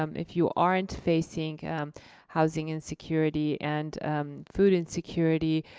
um if you're aren't facing housing insecurity and food insecurity,